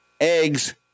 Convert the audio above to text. Eggs